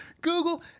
Google